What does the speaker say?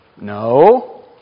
No